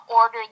ordered